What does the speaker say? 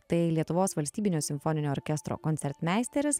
tai lietuvos valstybinio simfoninio orkestro koncertmeisteris